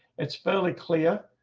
it's fairly clear.